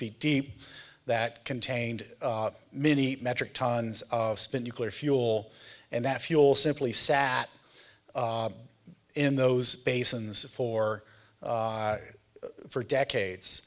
feet deep that contained many metric tons of spent nuclear fuel and that fuel simply sat in those basins for for decades